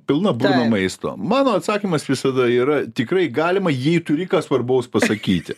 pilna burna maisto mano atsakymas visada yra tikrai galima jei turi ką svarbaus pasakyti